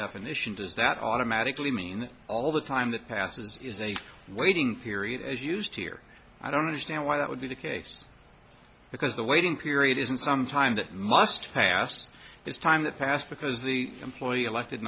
definition does that automatically mean all the time that passes is a waiting period is used here i don't understand why that would be the case because the waiting period isn't some time that must pass is time that passed because the employee elected